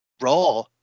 Raw